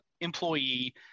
employee